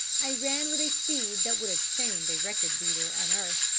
i ran with a speed that would have shamed a record-beater on earth.